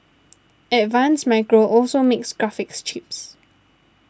advanced Micro also makes graphics chips